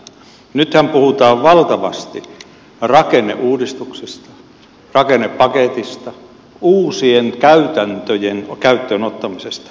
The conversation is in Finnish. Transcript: nythän puhutaan valtavasti rakenneuudistuksesta rakennepaketista uusien käytäntöjen käyttöön ottamisesta